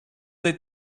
they